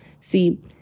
See